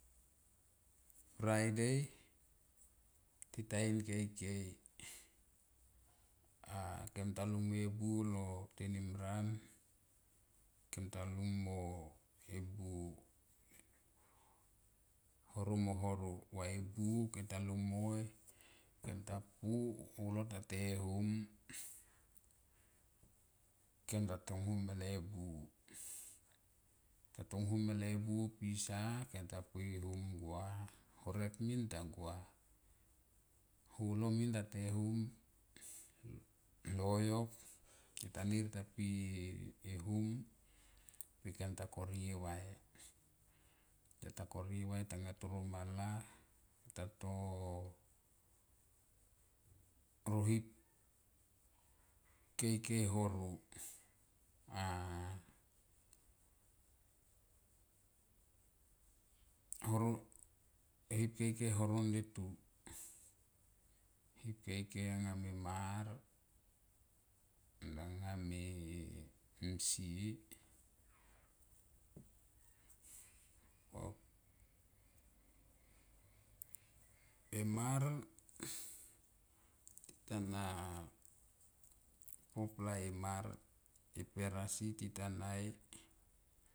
Friday tita in keikei a kemta lung mo ebua lo tenim ran kem ta lung mo e buo horo moro vai bu kem ta lung ma kem ta pu nolo ta te, hum kem ta tong hum mele buo tatong hum mele buo pisa kem ta poi e hum horek minta gua holo minta te hum loyok tita nir tita pie e hum pe kem ta korie vai, kem ta korie vai tanga toro vala talo hip ro hip keikei horo aihop keikei horom detu, hip keikei nga me mar nanga me mar tita na founpla ema r e per as tita nai.